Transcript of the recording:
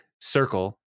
circle